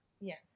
Yes